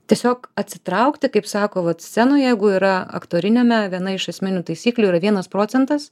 tiesiog atsitraukti kaip sako vat scenoj jeigu yra aktoriniame viena iš esminių taisyklių yra vienas procentas